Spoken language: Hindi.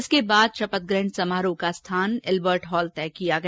इसके बाद शपथग्रहण समारोह का स्थान अल्बर्ट हॉल तय किया गया